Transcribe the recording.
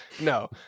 no